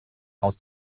aus